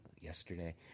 yesterday